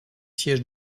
siège